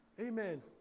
Amen